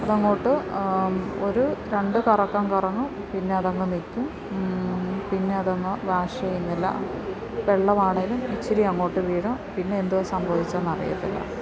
അതങ്ങോട്ട് ഒരു രണ്ട് കറക്കം കറങ്ങും പിന്നെ അതങ്ങ് നിൽക്കും പിന്നെ അതങ്ങ് വാഷ് ചെയ്യുന്നില്ല വെള്ളമാണെങ്കിലും ഇത്തിരി അങ്ങോട്ട് വീഴും പിന്നെ എന്തോ സംഭവിച്ചതെന്ന് അറിയില്ല